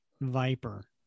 viper